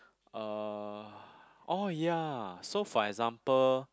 uh oh ya so for example